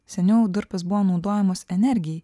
seniau durpės buvo naudojamos energijai